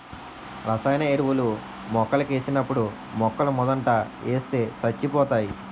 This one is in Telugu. రసాయన ఎరువులు మొక్కలకేసినప్పుడు మొక్కలమోదంట ఏస్తే సచ్చిపోతాయి